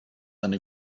seine